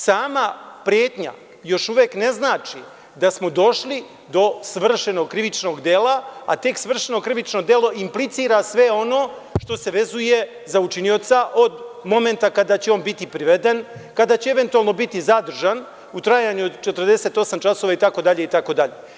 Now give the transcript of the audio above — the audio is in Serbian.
Sama pretnja još uvek ne znači da smo došli do svršenog krivičnog dela, a tek svršeno krivično delo implicira sve ono što se vezuje za učinioca od momenta kada će on biti priveden, kada će eventualno biti zadržan u trajanju od 48 časova itd, itd.